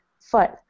foot